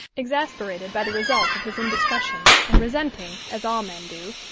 exasperated by the result of his indiscretion, and resenting, as all men do,